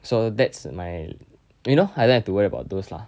so that's my you know I don't have to worry about those lah